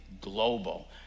Global